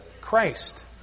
Christ